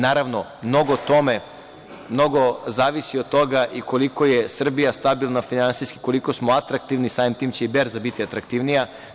Naravno, mnogo zavisi od toga i koliko je Srbija stabilna finansijski, koliko smo atraktivni, samim tim će i berza biti atraktivnija.